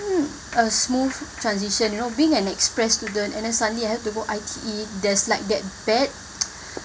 a smooth transition you know being an express student and then suddenly I have to go I_T_E there's like that bad